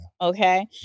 okay